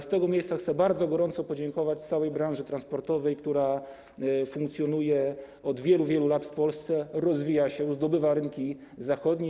Z tego miejsca chcę bardzo gorąco podziękować całej branży transportowej, która funkcjonuje od wielu, wielu lat w Polsce, rozwija się, zdobywa rynki zachodnie.